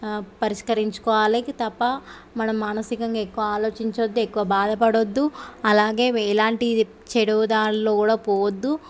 పరిష్కరించుకొవాలి తప్ప మనం మానసికంగా ఎక్కువ ఆలోచించద్దు ఎక్కువ బాధ పడొద్దు అలాగే ఎలాంటి చెడు దారిలో కూడా పోవద్దు